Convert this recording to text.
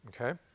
okay